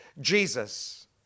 Jesus